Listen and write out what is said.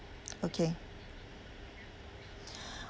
okay